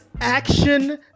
action